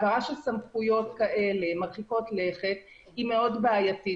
העברה של סמכויות כאלה מרחיקות לכת היא מאוד בעייתית,